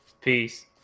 Peace